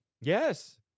yes